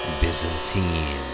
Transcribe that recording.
byzantine